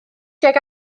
tuag